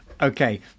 okay